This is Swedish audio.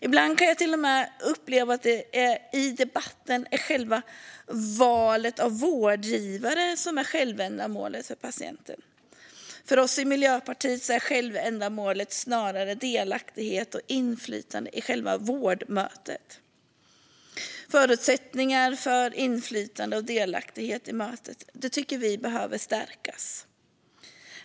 Ibland kan jag uppleva att det i debatten är valet av vårdgivare som är självändamålet för patienten. För oss i Miljöpartiet är självändamålet snarare delaktighet och inflytande i själva vårdmötet. Förutsättningarna för inflytande och delaktighet i mötet tycker vi behöver stärkas.